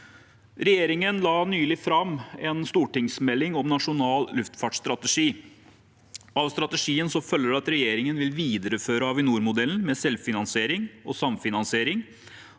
Regjeringen la nylig fram en stortingsmelding om nasjonal luftfartsstrategi. Av strategien følger det at regjeringen vil videreføre Avinor-modellen med selvfinansiering og samfinansiering,